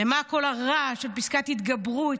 למה כל הרעש של פסקת התגברות,